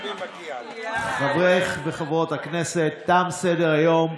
חברי וחברות הכנסת, תם סדר-היום.